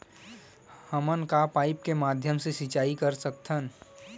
का हमन पाइप के माध्यम से सिंचाई कर सकथन?